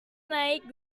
naik